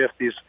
50s